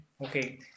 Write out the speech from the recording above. Okay